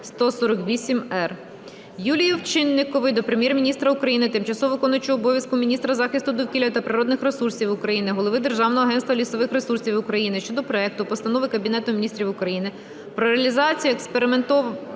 Юлії Овчинникової до Прем'єр-міністра України, тимчасово виконуючого обов’язки міністра захисту довкілля та природних ресурсів України, Голови Державного агентства лісових ресурсів України щодо проекту Постанови Кабінету Міністрів України "Про реалізацію експериментального